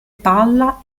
palla